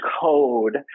code